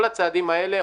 כל הצעדים האלה,